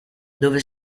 dove